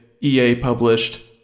EA-published